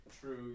True